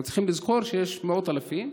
אנחנו צריכים לזכור שיש מאות אלפים.